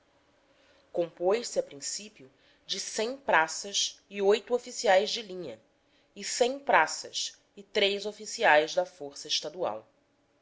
compôs se a princípio de praças e oficiais de linha e praças e oficiais da força estadual